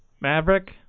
Maverick